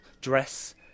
dress